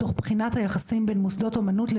תוך בחינת היחסים בין מוסדות אומנות,